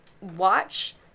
watch